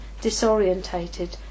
disorientated